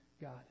God